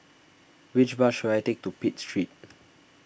which bus should I take to Pitt Street